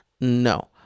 No